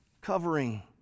covering